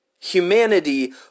humanity